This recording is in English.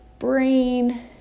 brain